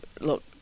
look